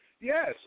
Yes